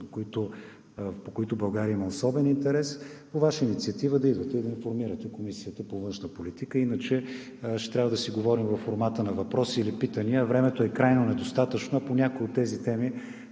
по които има особен интерес, по Ваша инициатива да идвате и да информирате Комисията по външна политика. Иначе ще трябва да си говорим във формата на въпроси или питания, но времето е крайно недостатъчно, а по някои от тези теми